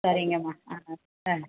சரிங்கம்மா ஆ ஆ ஆ